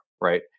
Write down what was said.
right